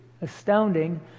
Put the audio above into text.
astounding